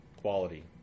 quality